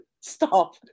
Stop